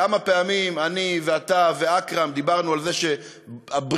כמה פעמים אני ואתה ואכרם דיברנו על זה שהברית